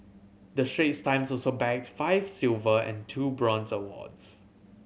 the Straits Times also bagged five silver and two bronze awards